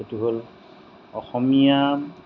সেইটো হ'ল অসমীয়া